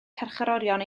carcharorion